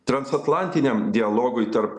transatlantiniam dialogui tarp